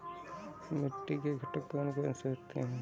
मिट्टी के घटक कौन से होते हैं?